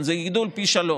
זה גידול פי שלושה.